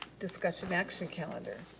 discussion action calendar.